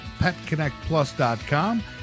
PetConnectPlus.com